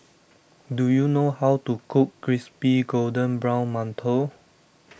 do you know how to cook Crispy Golden Brown Mantou